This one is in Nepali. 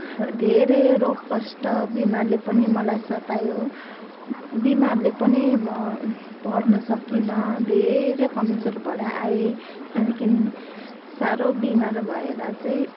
धेरै रोग कष्ट बिमारले पनि मलाई सतायो बिमारले पनि म पढ्न सकिनँ धेरै कमजोर भएर आएँ त्यहाँदेखि साह्रो बिमार भएर चाहिँ